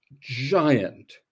giant